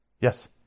Yes